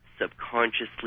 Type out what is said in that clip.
subconsciously